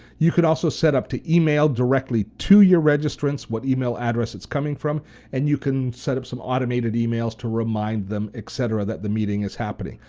you could also set up to email directly to your registrants what email address it's coming from and you can set up some automated emails to remind them, etc, that the meeting is happening.